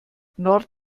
nord